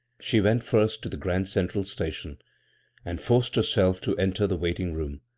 she went first to the grand central station and forced herself to enter the waiting-room,